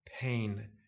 pain